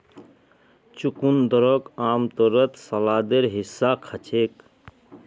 चुकंदरक आमतौरत सलादेर हिस्सा खा छेक